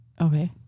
Okay